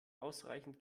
ausreichend